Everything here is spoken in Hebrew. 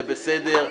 זה בסדר,